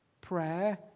Prayer